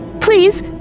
Please